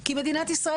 כי מדינת ישראל,